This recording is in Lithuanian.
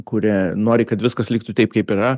kurie nori kad viskas liktų taip kaip yra